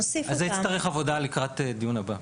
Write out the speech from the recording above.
יצטרך עבודה לקראת הדיון הבא,